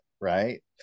Right